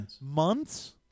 months